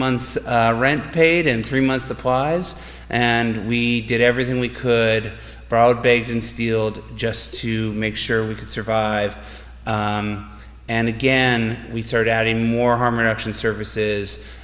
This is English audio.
months rent paid in three months supplies and we did everything we could broad based and steeled just to make sure we could survive and again we start adding more harm reduction services